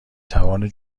توان